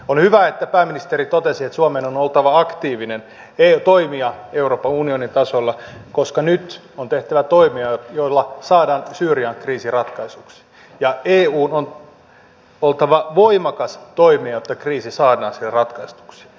on hyvä että pääministeri totesi että suomen on oltava aktiivinen toimija euroopan unionin tasolla koska nyt on tehtävä toimia joilla saadaan syyrian kriisi ratkaistuksi ja eun on oltava voimakas toimija jotta kriisi saadaan siellä ratkaistuksi